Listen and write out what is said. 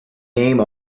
name